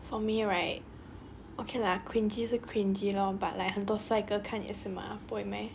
for me right okay lah cringey 是 cringey lor but like 很多帅哥看也是嘛不会 meh